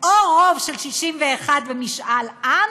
או רוב של 61 במשאל עם